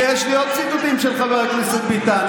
יש לי עוד ציטוטים של חבר הכנסת ביטן.